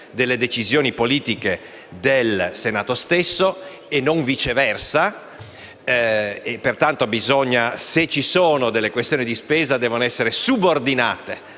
delle decisioni politiche del Senato stesso e non viceversa. Pertanto, se ci sono delle questioni di spesa devono essere subordinate